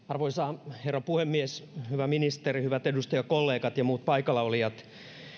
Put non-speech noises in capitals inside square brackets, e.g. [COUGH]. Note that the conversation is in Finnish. [UNINTELLIGIBLE] arvoisa herra puhemies hyvä ministeri hyvät edustajakollegat ja muut paikallaolijat